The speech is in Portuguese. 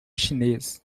chinês